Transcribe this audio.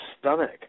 stomach